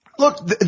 Look